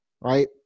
right